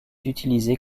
utilisée